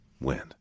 wind